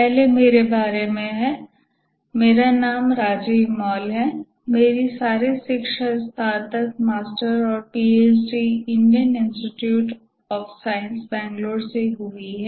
पहला मेरे बारे में है मेरा नाम राजीव मॉल है मेरी सारी शिक्षा स्नातक मास्टर और PhD Indian Institute of Science Bangalore से हुई है